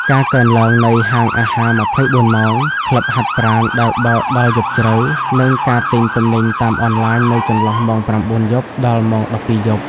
ការកើនឡើងនៃហាងអាហារ ២៤ ម៉ោង, ក្លឹបហាត់ប្រាណដែលបើកដល់យប់ជ្រៅ, និងការទិញទំនិញតាមអនឡាញនៅចន្លោះម៉ោង ៩ យប់ ដល់ម៉ោង ១២ យប់។